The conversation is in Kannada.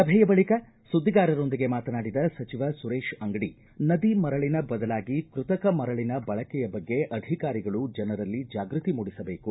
ಸಭೆಯ ಬಳಿಕ ಸುದ್ದಿಗಾರರೊಂದಿಗೆ ಮಾತನಾಡಿದ ಸಚಿವ ಸುರೇಶ ಅಂಗಡಿ ನದಿ ಮರಳಿನ ಬದಲಾಗಿ ಕೃತಕ ಮರಳಿನ ಬಳಕೆಯ ಬಗ್ಗೆ ಅಧಿಕಾರಿಗಳು ಜನರಲ್ಲಿ ಜಾಗೃತಿ ಮೂಡಿಸಬೇಕು